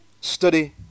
study